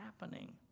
happening